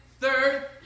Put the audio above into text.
third